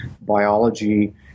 biology